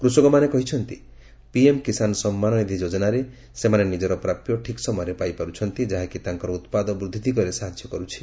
କୃଷକମାନେ କହିଛନ୍ତି ପିଏମ୍ କିଷାନ ସମ୍ମାନନିଧି ଯୋଜନାରେ ସେମାନେ ନିଜର ପ୍ରାପ୍ୟ ଠିକ୍ ସମୟରେ ପାଇପାରୁଛନ୍ତି ଯାହାକି ତାଙ୍କର ଉତ୍ପାଦ ବୃଦ୍ଧି ଦିଗରେ ସାହାଯ୍ୟ କରୁଛି